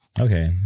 Okay